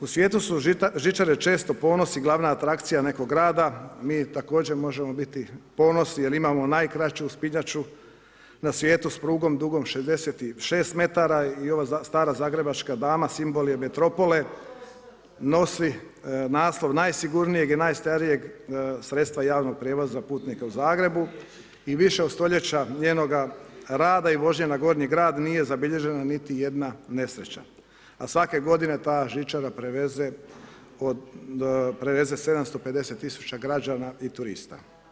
U svijetu su žičare često ponos i glavna atrakcija nekog grada, mi također možemo biti ponos jer imamo najkraću uspinjaču na svijetu s prugom dugom 66 metara i ova stara zagrebačka dama simbol je metropole, nosi naslov najsigurnijeg i najstarijeg sredstva javnog prijevoza za putnike u Zagrebu i više od stoljeća njenoga rada i vožnje na gornji grad nije zabilježena niti jedna nesreća, a svake godine ta žičara preveze 750 000 građana i turista.